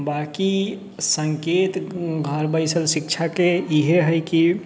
बाकी सङ्केत घर बैसल शिक्षाके इएह हइ कि